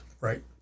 Right